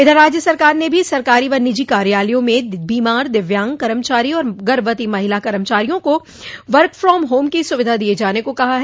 इधर राज्य सरकार ने भी सरकारी व निजी कार्यालयों में बीमार दिव्यांग कर्मचारी और गभवती महिला कर्मचारियों को वर्क फ्राम होम की सुविधा दिये जाने को कहा है